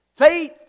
Faith